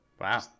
wow